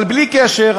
אבל בלי קשר,